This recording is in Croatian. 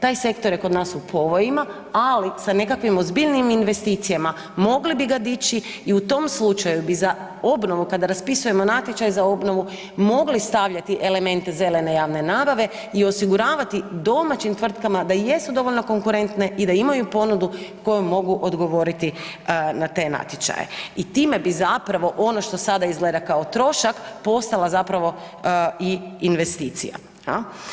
Taj sektor je kod nas u povojima, ali sa nekakvim ozbiljnijim investicijama, mogli bi ga dići i u tom slučaju bi za obnovu kada raspisujemo natječaj za obnovu mogli stavljati elemente zelene javne nabave i osiguravati domaćim tvrtkama da jesu dovoljno konkurentne i da imaju ponudu kojom mogu odgovoriti na te natječaje i time bi zapravo ono što sada izgleda kao trošak, postala zapravo i investicija.